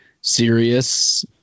serious